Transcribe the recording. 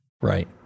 Right